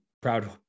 proud